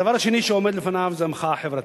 הדבר השני שעומד לפניו זה המחאה החברתית: